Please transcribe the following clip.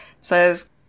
says